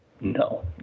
No